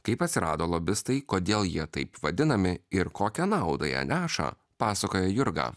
kaip atsirado lobistai kodėl jie taip vadinami ir kokią naudą jie neša pasakoja jurga